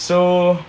so